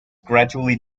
gradually